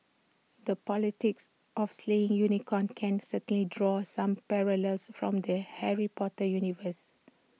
the politics of slaying unicorns can certainly draw some parallels from the Harry Potter universe